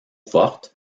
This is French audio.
forte